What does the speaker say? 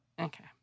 Okay